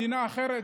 שהיא מדינה אחרת,